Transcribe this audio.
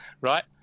right